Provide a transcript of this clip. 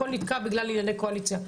הכול נתקע בגלל ענייני קואליציה,